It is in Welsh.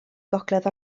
gogledd